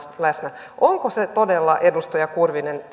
läsnä onko se todella edustaja kurvinen